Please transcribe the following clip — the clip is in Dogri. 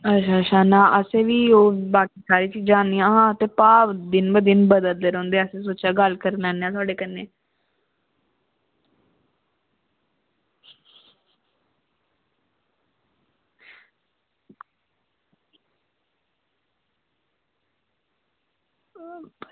अच्छा अस बी धुप्पा जन्ने भाप बदलदे रौह्दे ते असें सोचेआ गल्ल करी लैन्ने आं थुआढ़े कन्नै